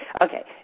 Okay